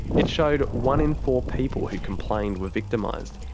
it showed one in four people who complained were victimised.